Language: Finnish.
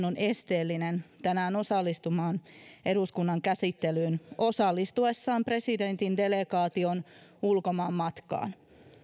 on esteellinen tänään osallistumaan eduskunnan käsittelyyn osallistuessaan presidentin delegaation ulkomaanmatkaan